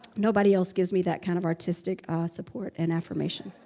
nobody else gives me that kind of artistic support and affirmation.